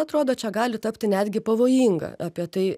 atrodo čia gali tapti netgi pavojinga apie tai